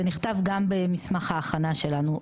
זה נכתב גם במסמך ההכנה שלנו,